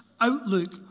outlook